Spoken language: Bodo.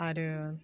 आरो